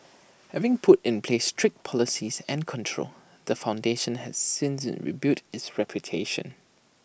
having put in place strict policies and controls the foundation has since rebuilt its reputation